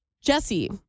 Jesse